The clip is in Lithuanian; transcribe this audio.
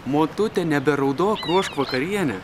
motute neberaudok ruošk vakarienę